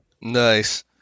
Nice